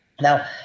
Now